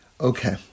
Okay